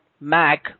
Mac